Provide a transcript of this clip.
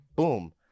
Boom